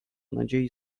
nadziei